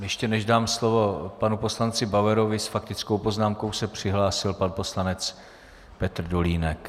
Ještě než dám slovo panu poslanci Bauerovi, s faktickou poznámkou se přihlásil pan poslanec Petr Dolínek.